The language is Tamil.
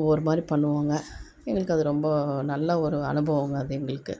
ஒவ்வொரு மாதிரி பண்ணுவோங்க எங்களுக்கு அது ரொம்ப நல்ல ஒரு அனுபவங்க அது எங்களுக்கு